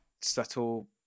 subtle